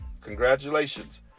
Congratulations